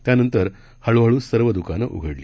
त्यानंतर हळूहळू सर्व दुकान उघडली